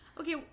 Okay